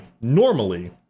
normally